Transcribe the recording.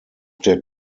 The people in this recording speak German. der